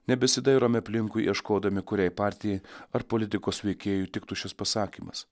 nebesidairome aplinkui ieškodami kuriai partijai ar politikos veikėjui tiktų šis pasakymas